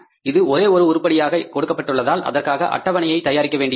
இது ஒரே ஒரு உருப்படியாக கொடுக்கப்பட்டதால் அதற்காக அட்டவணையை தயாரிக்க வேண்டியதில்லை